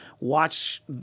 watch